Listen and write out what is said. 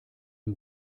dem